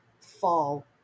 fall